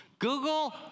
Google